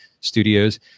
studios